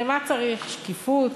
למה צריך שקיפות?